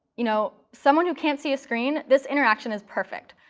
you know someone who can't see a screen, this interaction is perfect.